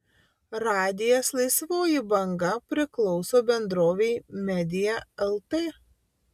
radijas laisvoji banga priklauso bendrovei media lt